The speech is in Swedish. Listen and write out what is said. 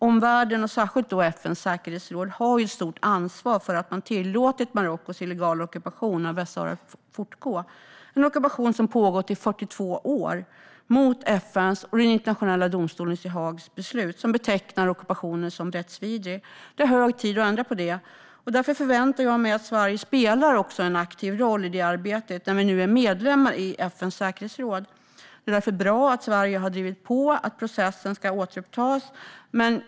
Omvärlden och särskilt FN:s säkerhetsråd har ett stort ansvar för att man tillåtit Marockos illegala ockupation av Västsahara att fortgå, en ockupation som pågått i 42 år mot FN:s och den internationella domstolens i Haag beslut som betecknar ockupationen som rättsvidrig. Det är hög tid att ändra på det, och därför förväntar jag mig att Sverige spelar en aktiv roll i det arbetet när vi nu är medlemmar i FNs säkerhetsråd. Det är därför bra att Sverige har drivit på att processen ska återupptas.